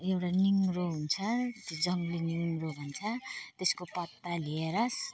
एउटा निहुरो छ जङ्गली निहुरो भन्छ त्यसको पत्ता ल्याएर स